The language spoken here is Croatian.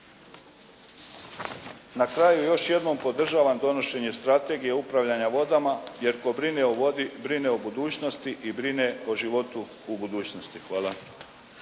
Na kraju još jednom podržavam donošenje Strategije upravljanja vodama jer tko brine o vodi brine o budućnosti i brine o životu u budućnosti. Hvala.